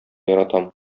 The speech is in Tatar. яратам